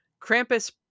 Krampus